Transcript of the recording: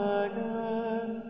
again